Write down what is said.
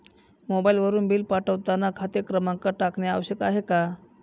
मोबाईलवरून बिल पाठवताना खाते क्रमांक टाकणे आवश्यक आहे का?